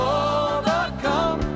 overcome